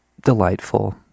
delightful